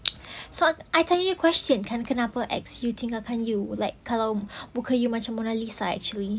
so I tell you question kenapa ex tinggalkan you like kalau muka you macam mona lisa actually